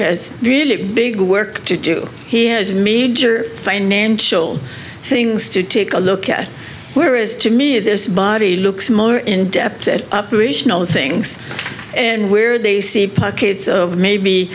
has really big work to do he has major financial things to take a look at where as to me this body looks more in depth at operational things and where they see pockets of maybe